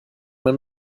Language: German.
man